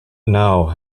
know